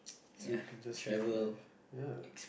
so you can just live life ya